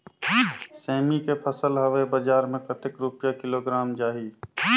सेमी के फसल हवे बजार मे कतेक रुपिया किलोग्राम जाही?